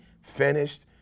finished